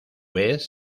vez